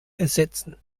ersetzen